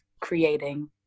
creating